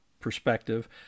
Perspective